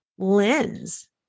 lens